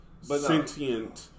sentient